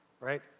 right